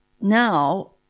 now